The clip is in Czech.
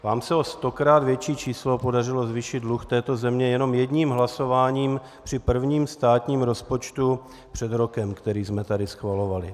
Vám se o stokrát větší číslo podařilo zvýšit dluh této země jenom jedním hlasováním při prvním státním rozpočtu před rokem, který jsme tady schvalovali.